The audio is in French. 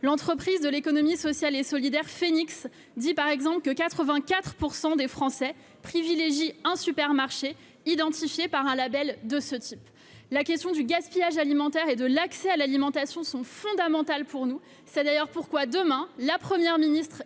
l'entreprise de l'économie sociale et solidaire, Phoenix, dit par exemple que 84 % des Français privilégient un supermarché identifié par un Label de ce type, la question du gaspillage alimentaire et de l'accès à l'alimentation sont fondamentales pour nous, c'est d'ailleurs pourquoi demain la première ministre